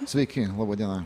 sveiki laba diena